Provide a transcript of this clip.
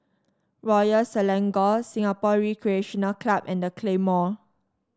Royal Selangor Singapore Recreation Club and The Claymore